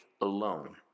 alone